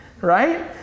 Right